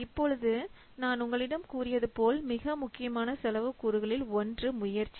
இப்பொழுது நான் உங்களிடம் கூறியது போல் மிக முக்கியமான செலவு கூறுகளில் ஒன்று முயற்சி